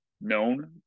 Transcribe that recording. known